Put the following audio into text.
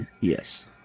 Yes